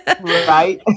Right